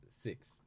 Six